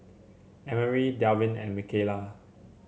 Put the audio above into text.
Emery Dalvin and Mikaila